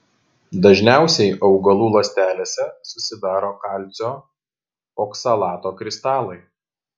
dažniausiai augalų ląstelėse susidaro kalcio oksalato kristalai